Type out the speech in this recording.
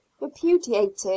repudiated